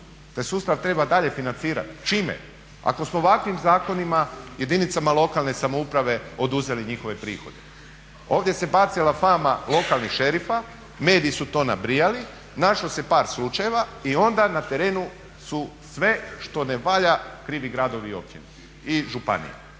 taj sustav treba dalje financirati. Čime? Ako smo ovakvim zakonima jedinicama lokalne samouprave oduzeli njihove prihode. Ovdje se bacila fama lokalnih šerifa, mediji su to nabrijali, našlo se par slučajeva i onda na terenu su sve što ne valja krivi gradovi, općine i županije.